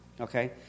Okay